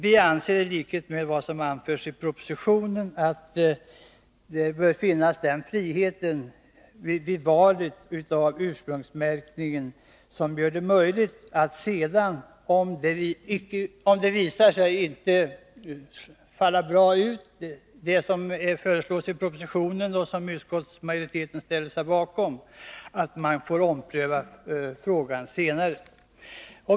Vi anser i likhet med vad som anförts i propositionen att det beträffande ursprungsmärkningen bör finnas sådan frihet att om det visar sig att det som föreslås i propositionen och som utskottsmajoriteten ställer sig bakom inte faller väl ut, får frågan omprövas senare.